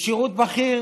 בשירות בכיר